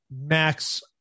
max